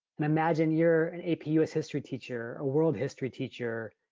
and imagine you're an ap u s. history teacher, a world history teacher,